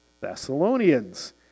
Thessalonians